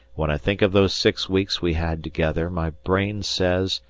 when i think of those six weeks we had together, my brain says,